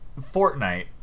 Fortnite